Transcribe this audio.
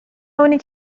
اونی